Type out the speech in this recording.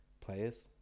Players